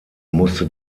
musste